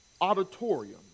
auditorium